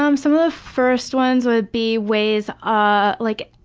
um some of the first ones would be ways ah like,